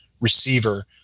receiver